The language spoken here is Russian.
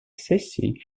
сессией